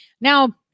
Now